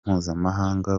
mpuzamahanga